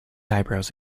eyebrows